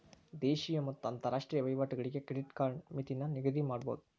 ದೇಶೇಯ ಮತ್ತ ಅಂತರಾಷ್ಟ್ರೇಯ ವಹಿವಾಟುಗಳಿಗೆ ಕ್ರೆಡಿಟ್ ಕಾರ್ಡ್ ಮಿತಿನ ನಿಗದಿಮಾಡಬೋದು